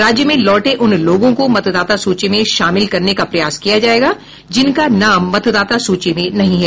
राज्य में लौटे उन लोगों को मतदाता सूची में शामिल करने का प्रयास किया जाएगा जिनका नाम मतदाता सूची में नहीं है